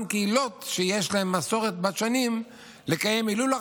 קהילות שיש להן מסורת בת שנים לקיים ההילולה,